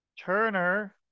Turner